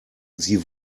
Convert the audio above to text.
sie